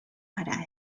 para